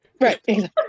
Right